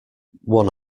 one